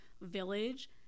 village –